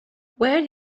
where